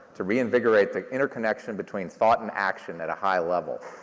to reinvigorate the inner connection between thought and action at a high level.